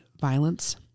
violence